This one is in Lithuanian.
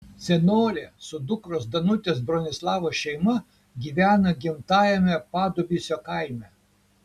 senolė su dukros danutės bronislavos šeima gyvena gimtajame padubysio kaime